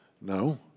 No